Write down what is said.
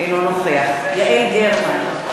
אינו נוכח יעל גרמן,